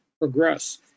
progress